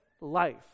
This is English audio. life